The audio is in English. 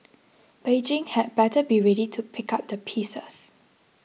Beijing had better be ready to pick up the pieces